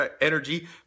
energy